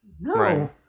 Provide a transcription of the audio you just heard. No